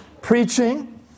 preaching